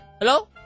Hello